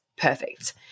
perfect